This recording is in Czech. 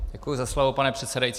Děkuji za slovo, pane předsedající.